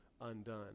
undone